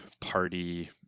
party